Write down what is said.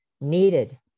needed